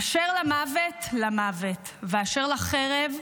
אשר למוות, למוות, ואשר לחרב,